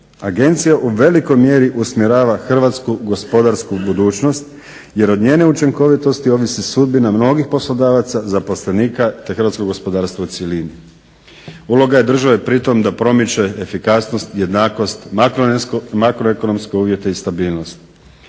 Agencija u velikoj mjeri usmjerava hrvatsku gospodarsku budućnost jer od njene učinkovitosti ovisi sudbina mnogih poslodavaca, zaposlenika, te hrvatskog gospodarstva u cjelini. Uloga je države pritom da promiče efikasnost, jednakost, makro ekonomske uvjete i stabilnost,